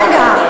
אבל רגע,